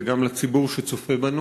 וגם לציבור שצופה בנו,